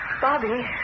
Bobby